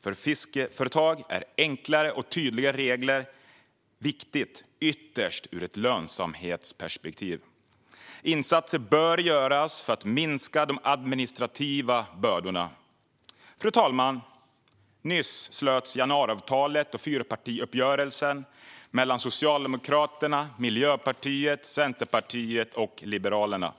För fiskeföretag är enklare och tydligare regler viktigt - ytterst ur ett lönsamhetsperspektiv. Insatser bör göras för att minska de administrativa bördorna. Fru talman! Nyss slöts januariavtalet och fyrpartiuppgörelsen mellan Socialdemokraterna, Miljöpartiet, Centerpartiet och Liberalerna.